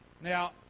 Now